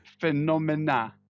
Phenomena